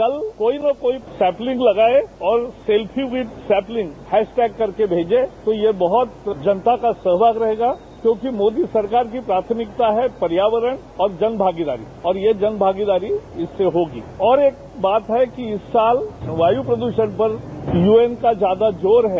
कल कोई ने कोई सैप्लिंग लगाए और selfie with sapling hash tag करके भेजे तो ये बहुत जनता का सहयोग रहेगा क्योंकि मोदी सरकार की प्राथमिकता है पर्यावरण और जनभागीदारी और ये जनभागीदारी इससे होगी और एक बात है कि इस साल वायु प्रदुषण पर यूएन का ज्यादा जोर है